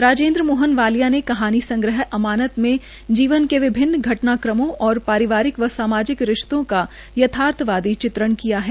राजेन्द्र मोहन वालिया ने कहानी संग्रह अमानत में जीवन के विभिन्न घटना क्रमों और परिवारिक व सामाजिक रिश्तों का यथार्थवादी चित्रण किया है